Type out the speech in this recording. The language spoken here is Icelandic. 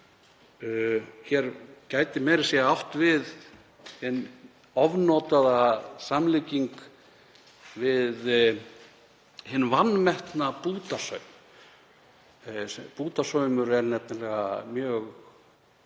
Hér gæti meira að segja átt við hin ofnotaða samlíking við hinn vanmetna bútasaum. Bútasaumur er nefnilega mjög